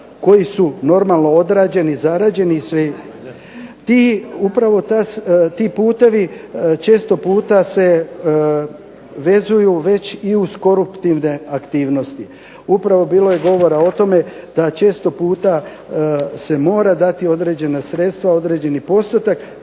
koji su normalno odrađeni, zarađeni i sve. Upravo ti putevi često puta se vezuju već i uz koruptivne aktivnosti. Upravo bilo je govora o tome da često puta se mora dati određena sredstva, određeni postotak